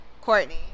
Courtney